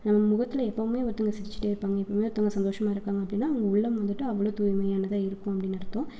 நம்ம முகத்தில் எப்பவுமே சிரிச்சிகிட்டே இருப்பாங்கள் எப்பவுமே ஒருத்தவங்க சந்தோஷமாக இருக்காங்கள் அப்படின்னா அவங்க உள்ளம் வந்துட்டு அவ்வளோ தூய்மையானதாக இருக்கும் அப்படின்னு அர்த்தம்